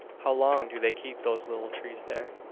how long do they keep those little trees there?